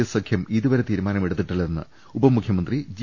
S സഖ്യം ഇതുവരെ തീരുമാന മെടുത്തിട്ടില്ലെന്ന് ഉപമുഖ്യമന്ത്രി ജി